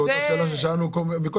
זאת אותה שאלה ששאלנו קודם.